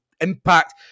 impact